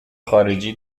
خارجی